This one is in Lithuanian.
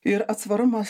ir atsvarumas